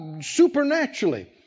supernaturally